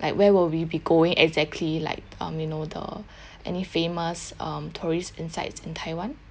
like where will we be going exactly like um you know the any famous um tourist insights in taiwan